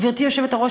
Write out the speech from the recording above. גברתי היושבת-ראש,